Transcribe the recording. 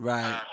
Right